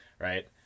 right